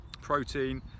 protein